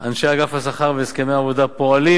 ואז נעביר לך את כל התשובה.